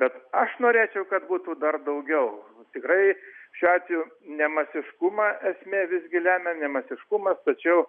bet aš norėčiau kad būtų dar daugiau tikrai šiuo atveju ne masiškumą esmė visgi lemia ne masiškumas tačiau